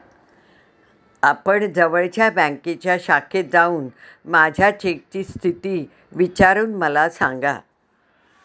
आपण जवळच्या बँकेच्या शाखेत जाऊन माझ्या चेकची स्थिती विचारून मला सांगा